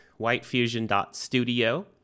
whitefusion.studio